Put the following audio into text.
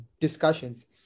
discussions